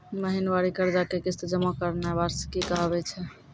महिनबारी कर्जा के किस्त जमा करनाय वार्षिकी कहाबै छै